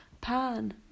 pan